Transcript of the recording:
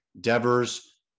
Devers